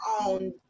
on